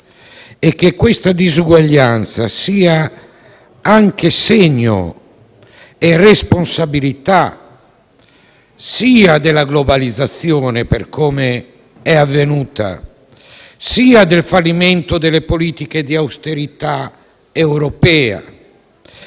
e che questa disuguaglianza sia anche segno e responsabilità della globalizzazione per come è avvenuta, del fallimento delle politiche di austerità europea